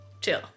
Chill